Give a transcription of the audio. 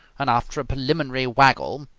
and, after a preliminary waggle,